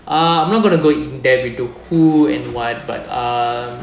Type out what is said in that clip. uh I'm not gonna go in depth into who and what but uh